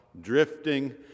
drifting